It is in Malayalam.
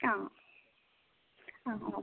ആ ആ ഓ